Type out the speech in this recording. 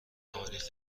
تاریخ